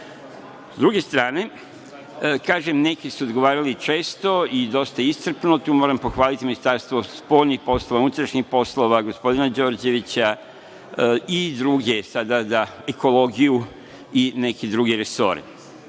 druge strane, kažem, neki su odgovarali često i dosta iscrpno, tu moram pohvaliti Ministarstvo spoljnih poslova, Ministarstvo unutrašnjih poslova, gospodina Đorđevića i druge, ekologiju i neke druge resore.